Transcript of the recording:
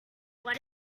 what